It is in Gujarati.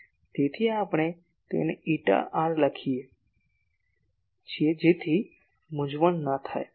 તેથી આપણે તેને એટા r લખીએ છીએજેથી મૂંઝવણમાં ન થાય